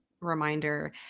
reminder